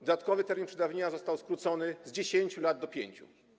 Dodatkowy termin przedawnienia został skrócony z 10 lat do 5.